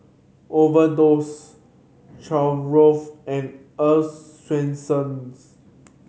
Overdose and Earl's Swensens